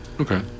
Okay